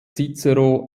cicero